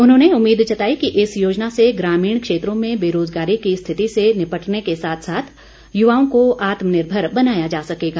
उन्होंने उम्मीद जताई कि इस योजना से ग्रामीण क्षेत्रों में बेरोज़गारी की स्थिति से निपटने के साथ साथ युवाओं को आत्मनिर्भर बनाया जा सकेगा